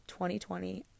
2020